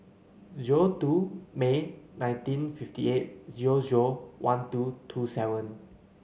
May nineteen fifty eight one two two seven